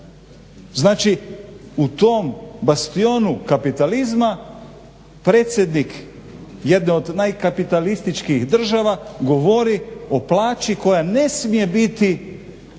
Znači u tom bastionu kapitalizma predsjednik jedne od najkapitalističkih država govori o plaći koja ne smije biti